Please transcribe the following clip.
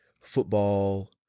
football